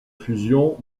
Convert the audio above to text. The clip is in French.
fusion